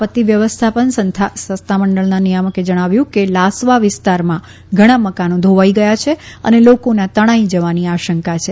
આપત્તિ વ્યવસ્થાપન સત્તામંડળના નિયામકે જણાવ્યું કે લાસવા વિસ્તારમાં ઘણા મકાનો ધોવાઇ ગયાં છે અને લોકોના તણાઇ જવાની આશંકા છે